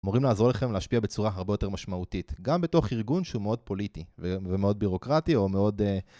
אמורים לעזור לכם להשפיע בצורה הרבה יותר משמעותית, גם בתוך ארגון שהוא מאוד פוליטי ומאוד בירוקרטי או מאוד...